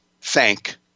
Thank